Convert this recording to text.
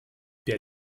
der